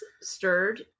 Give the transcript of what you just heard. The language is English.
stirred